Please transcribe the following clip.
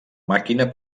màquina